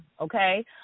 okay